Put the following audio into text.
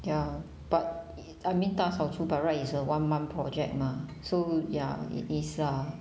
ya but I mean 大扫除 by right is a one month project mah so ya it is lah